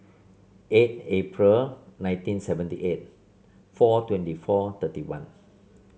eight April nineteen seventy eight four twenty four thirty one